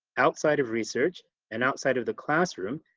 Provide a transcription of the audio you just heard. outside of research and outside of the classroom,